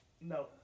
No